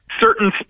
certain